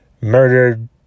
murdered